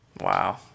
Wow